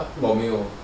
我没有